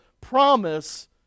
promise